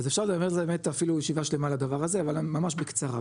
אז אפשר באמת לדבר על זה אפילו ישיבה שלמה על הדבר הזה אבל ממש בקצרה,